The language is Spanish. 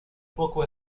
poco